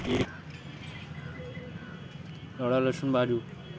जौं बीमित व्यक्ति आंशिक रूप सं विकलांग होइ छै, ते ओकरा एक लाख रुपैया भेटै छै